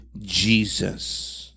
Jesus